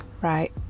Right